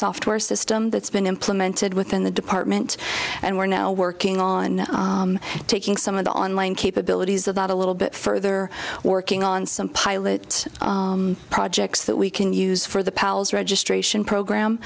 software system that's been implemented within the department and we're now working on taking some of the online capabilities of that a little bit further working on some pilot projects that we can use for the pal's registration program